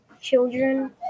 children